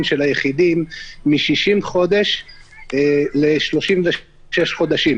של היחידים מ-60 חודשים ל-36 חודשים,